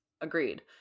Agreed